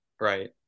right